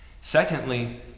Secondly